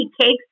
Cakes